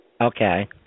Okay